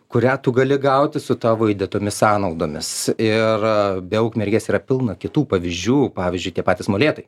kurią tu gali gauti su tavo įdėtomis sąnaudomis ir be ukmergės yra pilna kitų pavyzdžių pavyzdžiui tie patys molėtai